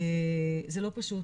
זה לא פשוט,